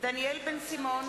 דניאל בן-סימון,